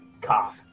cop